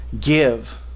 give